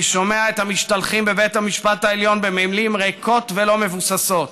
אני שומע את המשתלחים בבית המשפט העליון במילים ריקות ולא מבוססות,